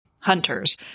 hunters